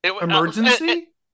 Emergency